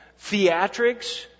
theatrics